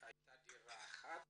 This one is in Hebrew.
שהייתה דירה אחת